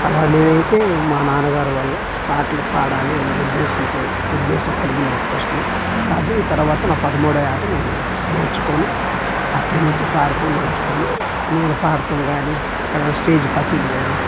అలా నేనైతే మా నాన్నగారి వల్ల పాట్లు పాడాలి అనే ఉద్దేశంతో ఉద్దేశం కలిగింది నాకు ఫస్ట్లో అది తర్వాత నా పదమూడో ఏట నేను నేర్చుకోని అక్కడినుంచి పాడతం నేర్చుకోని నేను పాడతం గానీ ఎక్కడైనా స్టేజ్ పార్టీలు గాని